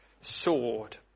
sword